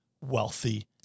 wealthy